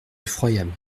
effroyable